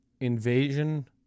Invasion